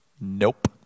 nope